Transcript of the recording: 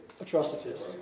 atrocities